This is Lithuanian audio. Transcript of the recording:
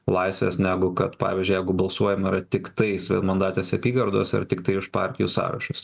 laisvės negu kad pavyzdžiui jeigu balsuojama yra tiktai vienmandatėse apygardose ir tiktai už partijų sąrašus